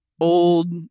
old